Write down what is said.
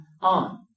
on